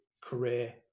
career